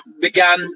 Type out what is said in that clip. began